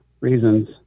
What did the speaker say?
Reasons